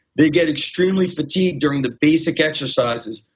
they get extremely fatigued during the basic exercises.